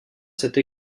cette